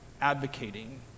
advocating